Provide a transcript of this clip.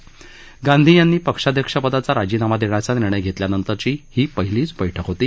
राहल गांधीनी पक्ष्याध्यक्षपदाचा राजीनामा देण्याचा निर्णय घेतल्यानंतरची ही पहिलीच बैठक आहे